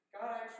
God